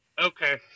Okay